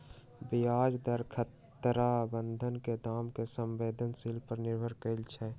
ब्याज दर खतरा बन्धन के दाम के संवेदनशील पर निर्भर करइ छै